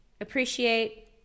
Appreciate